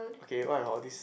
okay what about this